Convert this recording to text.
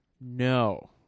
no